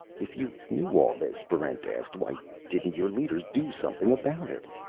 if you knew all this, barrent asked, why didn't your leaders do something about it?